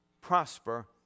prosper